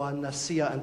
או "הנשיא האנטישמי".